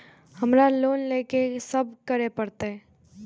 हमरा लोन ले के लिए की सब करे परते?